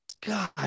god